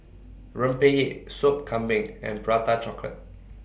Rempeyek Sop Kambing and Prata Chocolate